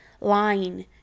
lying